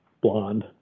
blonde